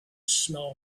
smell